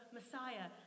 Messiah